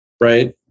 right